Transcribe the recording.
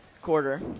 quarter